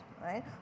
right